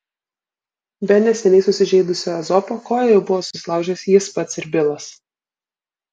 be neseniai susižeidusio ezopo koją jau buvo susilaužęs jis pats ir bilas